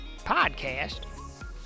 podcast